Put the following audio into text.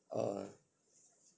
err